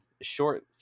short